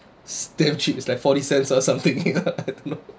it's damn cheap it's like forty cents or something you know I don't know